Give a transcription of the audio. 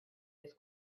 his